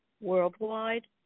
worldwide